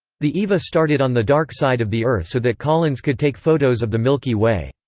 the eva started on the dark side of the earth so that collins could take photos of the milky way.